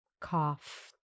Cough